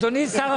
אדוני שר